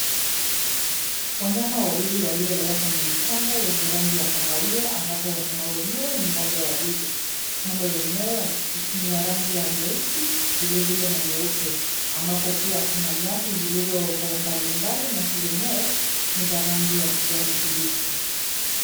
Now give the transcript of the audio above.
Wanyama wawili walio lala kwenye mchanga yenye rangi ya kahawia ambapo wanyama wenyewe ni ng'ombe wawili. Ng'ombe wenyewe ni wa rangi ya nyeusi, vilevile na nyeupe, ambapo pia kuna nyasi zilizoko umbali umbali; nyasi zenyewe ni za rangi ya kijani kibichi.